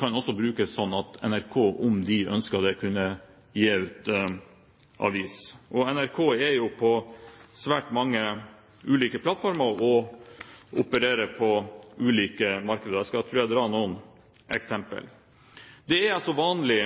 kan også brukes slik at NRK, om de ønsket det, kunne gi ut avis. NRK er jo på svært mange ulike plattformer og opererer på ulike markeder, og jeg skal ta noen eksempler: Det er bl.a. vanlig